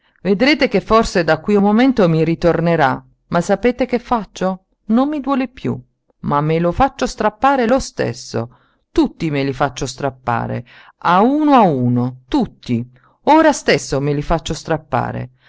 vedrete che forse di qui a un momento mi ritornerà ma sapete che faccio non mi duole piú ma me lo faccio strappare lo stesso tutti me li faccio strappare a uno a uno tutti ora stesso me li faccio strappare